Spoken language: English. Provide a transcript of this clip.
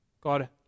God